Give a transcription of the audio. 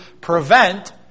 prevent